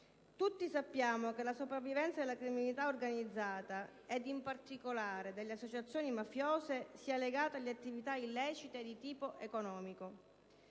Tutti sappiamo che la sopravvivenza della criminalità organizzata ed in particolare delle associazioni mafiose è legata alle attività illecite di tipo economico.